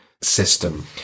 system